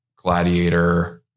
gladiator